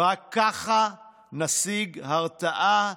"רק ככה נשיג הרתעה.